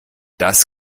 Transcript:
das